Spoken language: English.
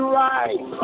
right